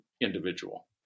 individual